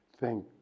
Thank